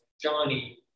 Johnny